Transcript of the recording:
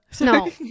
No